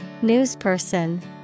Newsperson